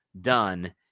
done